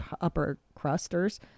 upper-crusters